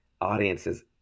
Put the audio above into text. audiences